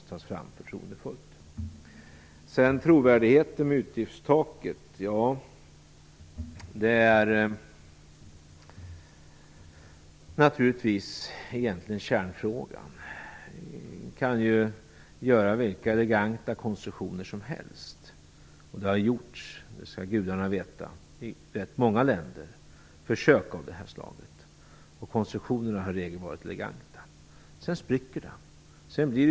När det gäller trovärdighet om utgiftstaket vill jag säga att det naturligtvis är kärnfrågan. Man kan göra vilka eleganta konstruktioner som helst. Det har i rätt många länder gjorts försök av det slaget. Konstruktionerna har i regel varit eleganta. Sedan spricker det.